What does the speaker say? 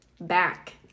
Back